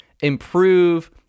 improve